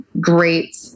great